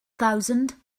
thousand